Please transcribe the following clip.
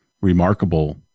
remarkable